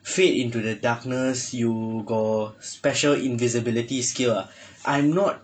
fade into the darkness you got special invisibility skill ah I'm not